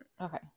Okay